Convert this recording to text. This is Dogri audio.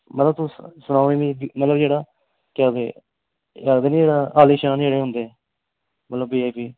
मतलब तुस सनाओ मिगी मलब जेह्ड़ा केह् आखदे एह् आखदे नी जेह्ड़ा आलीशान जेह्ड़े होंदे मतलब वीआईपी